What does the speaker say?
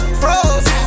froze